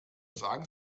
sagen